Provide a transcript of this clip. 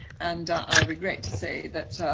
and i regret to say that